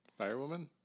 Firewoman